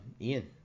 Ian